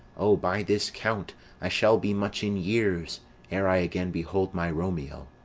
o, by this count i shall be much in years ere i again behold my romeo!